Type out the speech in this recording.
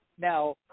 Now